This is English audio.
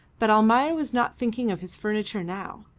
but almayer was not thinking of his furniture now.